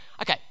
Okay